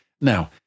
Now